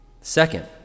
Second